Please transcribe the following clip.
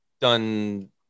done